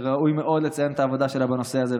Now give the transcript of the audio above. שראוי מאוד לציין את העבודה שלה בנושא הזה,